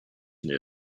near